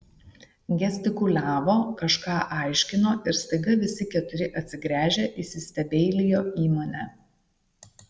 gestikuliavo kažką aiškino ir staiga visi keturi atsigręžę įsistebeilijo į mane